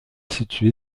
située